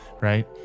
Right